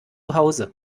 hause